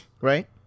right